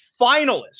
finalist